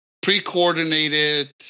pre-coordinated